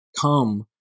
come